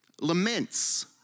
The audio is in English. laments